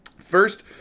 First